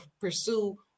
pursue